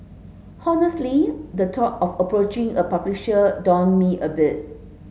honestly the thought of approaching a publisher daunted me a bit